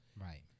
Right